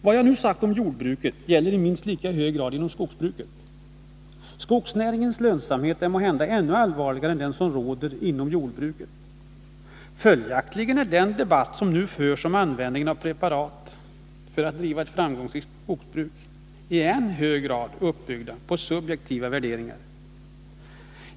Vad jag nu sagt om jordbruket gäller i minst lika hög grad inom skogsbruket. Skogsbrukets dåliga lönsamhet är måhända ännu allvarligare än den som råder inom jordbruket. Följaktligen är den debatt som nu förs om användningen av preparat för att driva ett framgångsrikt skogsbruk i än högre grad uppbyggd på subjektiva värderingar.